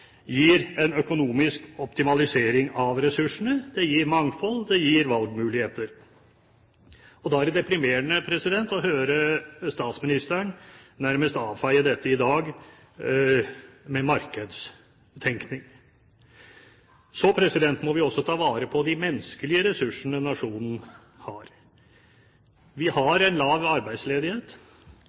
gir en økonomisk optimalisering av ressursene. Det gir mangfold, det gir valgmuligheter. Da er det deprimerende å høre statsministeren nærmest avfeie dette i dag med markedstenkning. Så må vi også ta vare på de menneskelige ressursene nasjonen har. Vi har lav arbeidsledighet,